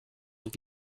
und